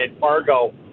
Fargo